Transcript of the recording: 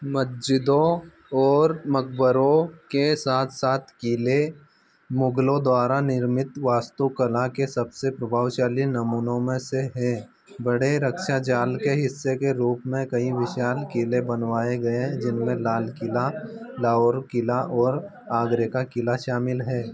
मस्जिदों और मकबरों के साथ साथ किले मुगलों द्वारा निर्मित वास्तुकला के सबसे प्रभावशाली नमूनों में से हैं बड़े रक्षा जाल के हिस्से के रूप में कई विशाल किले बनवाए गए जिनमें लाल किला लाहौर किला और आगरे का किला शामिल है